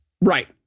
Right